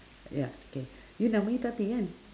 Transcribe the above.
ya k you nama you tati kan